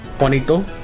Juanito